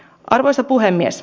arvoisa puhemies